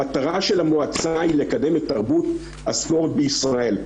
המטרה של המועצה היא לקדם את תרבות הספורט בישראל.